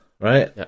right